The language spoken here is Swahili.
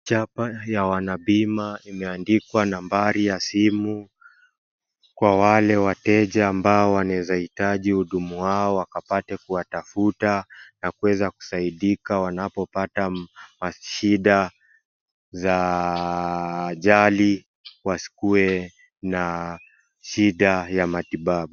Japa ya wanabima imeandikwa nambari ya simu, kwa wale wateja ambao wanaeza hitaji hudumu wao wakapate kuwatafuta na kuweza kusaidika wanapopata mashida za ajali wasikuwe na shida ya matibabu.